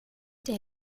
der